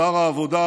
שר העבודה,